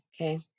Okay